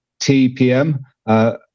TPM